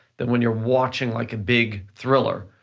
that when you're watching like a big thriller,